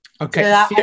Okay